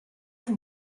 vous